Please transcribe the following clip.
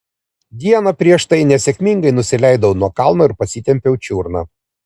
dieną prieš tai nesėkmingai nusileidau nuo kalno ir pasitempiau čiurną